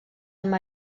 amb